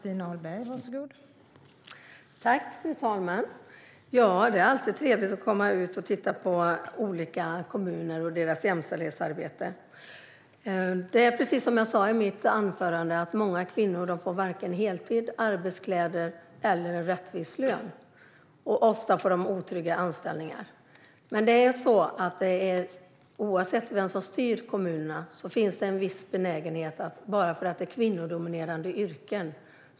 Fru talman! Ja, det är alltid trevligt att komma ut och titta på olika kommuner och deras jämställdhetsarbete. Precis som jag sa i mitt anförande får många kvinnor varken heltid, arbetskläder eller en rättvis lön. Ofta får de även otrygga anställningar. Men oavsett vem som styr kommunerna finns det en viss benägenhet till lägre löner bara för att det gäller kvinnodominerade yrken.